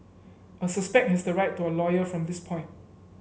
a suspect has the right to a lawyer from this point